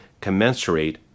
commensurate